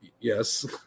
Yes